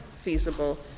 feasible